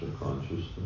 consciousness